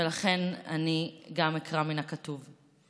ולכן אני אקרא מן הכתוב.